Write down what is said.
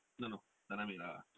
no no tanah merah